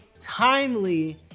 timely